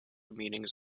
meanings